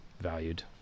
valued